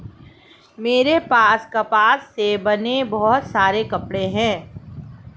मेरे पास कपास से बने बहुत सारे कपड़े हैं